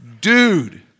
Dude